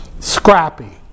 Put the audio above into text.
scrappy